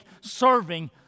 serving